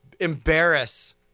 embarrass